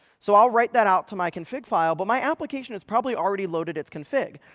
so i'll write that out to my config file, but my application is probably already loaded its config.